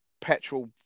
petrol